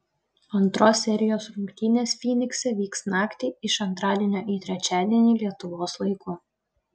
antros serijos rungtynės fynikse vyks naktį iš antradienio į trečiadienį lietuvos laiku